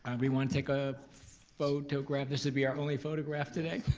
and we wanna take a photograph, this would be our only photograph today.